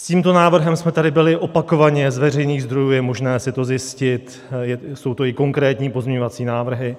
S tímto návrhem jsme tady byli opakovaně, z veřejných zdrojů je možné si to i zjistit, jsou to i konkrétní pozměňovací návrhy.